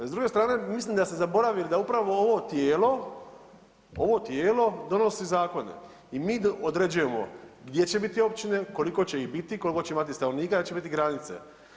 S druge strane mislim da ste zaboravili da upravo ovo tijelo, ovo tijelo donosi zakone i mi određujemo gdje će biti općine, koliko će ih biti, koliko će imati stanovnika, gdje će biti granice.